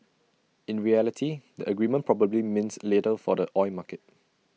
in reality the agreement probably means little for the oil market